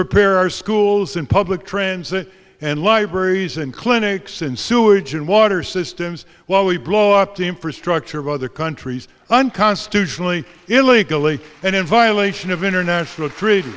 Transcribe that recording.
repair our schools and public transit and libraries and clinics and sewage and water systems while we blow up the infrastructure of other countries unconstitutionally illegally and in violation of international tre